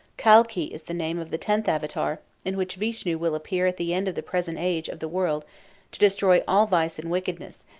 kalki is the name of the tenth avatar, in which vishnu will appear at the end of the present age of the world to destroy all vice and wickedness,